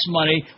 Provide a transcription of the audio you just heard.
money